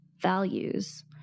values